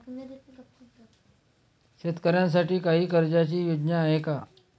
शेतकऱ्यांसाठी काही कर्जाच्या योजना आहेत का?